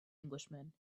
englishman